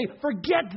forget